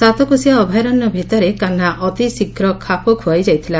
ସାତକୋଶିଆ ଅଭୟାରଣ୍ୟ ଭିତରେ କାହ୍ବା ଅତିଶୀଘ୍ର ଖାପ ଖୁଆଇ ଯାଇଥିଲା